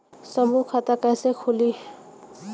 समूह खाता कैसे खुली?